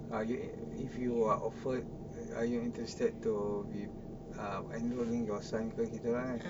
are you if you are offered are you interested to be uh enrolling your son ke gitu lah kan